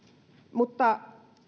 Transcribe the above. mutta